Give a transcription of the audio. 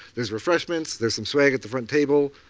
there's refreshments, there's some swag at the front table,